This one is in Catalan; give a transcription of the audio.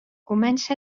comença